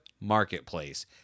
Marketplace